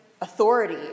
authority